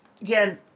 Again